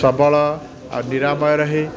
ସବଳ ଆଉ ନିରାମୟ ରହେ